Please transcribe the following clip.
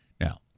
Now